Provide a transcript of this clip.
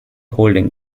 holding